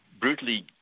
brutally